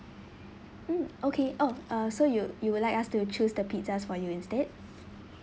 mm okay oh uh so you you would like us to choose the pizzas for you instead